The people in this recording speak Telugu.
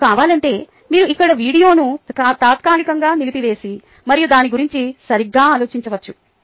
మీకు కావాలంటే మీరు ఇక్కడ వీడియోను తాత్కాలికoగా నిలిపివేసి మరియు దాని గురించి సరిగ్గా ఆలోచించవచ్చు